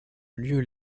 lieu